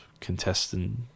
contestant